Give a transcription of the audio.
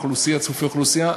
יותר צפופי אוכלוסייה,